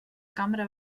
cambra